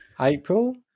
April